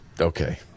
Okay